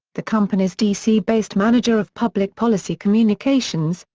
the company's d c based manager of public policy communications,